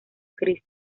crisis